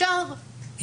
אפשר לחשוב,